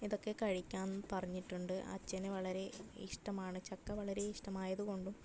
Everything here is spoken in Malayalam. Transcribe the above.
ഇതൊക്കെ കഴിക്കാൻ പറഞ്ഞിട്ടുണ്ട് അച്ഛന് വളരെ ഇഷ്ടമാണ് ചക്ക വളരെ ഇഷ്ടമായത് കൊണ്ടും